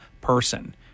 person